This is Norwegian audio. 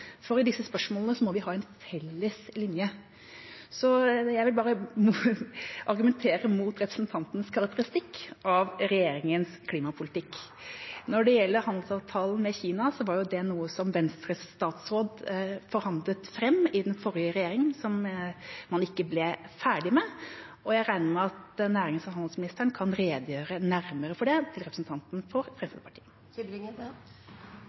For i disse spørsmålene må vi ha en felles linje. Så jeg vil bare argumentere mot representantens karakteristikk av regjeringas klimapolitikk. Når det gjelder handelsavtalen med Kina, var det noe Venstres statsråd forhandlet fram i den forrige regjeringa, og som man ikke ble ferdig med. Jeg regner med at nærings- og handelsministeren kan redegjøre nærmere for det til representanten